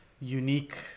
unique